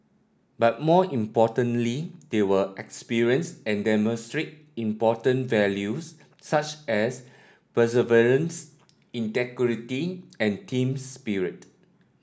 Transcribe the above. but more importantly they will experience and demonstrate important values such as perseverance integrity and team spirit